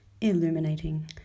illuminating